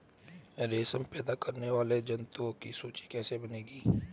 रेशम पैदा करने वाले जंतुओं की सूची कैसे बनेगी?